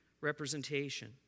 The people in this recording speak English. representation